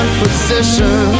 position